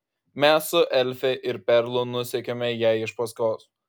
mes su elfe ir perlu nusekėme jai iš paskos